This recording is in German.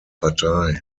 partei